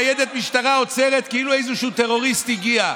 ניידת משטרה עוצרת כאילו איזשהו טרוריסט הגיע.